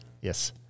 Yes